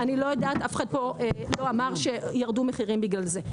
אף אחד פה לא אמר שירדו מחירים בגלל זה.